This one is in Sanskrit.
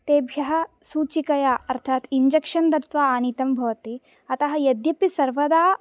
तेभ्यः सूचिकया अर्थात् इञ्जक्शन् दत्वा आनीतं भवति अतः यद्यपि सर्वदा